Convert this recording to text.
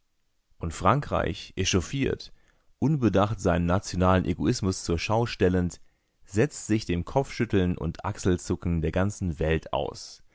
und frankreich echauffiert unbedacht seinen nationalen egoismus zur schau stellend setzt sich dem kopfschütteln und achselzucken der ganzen welt aus